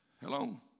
Hello